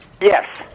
Yes